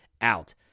out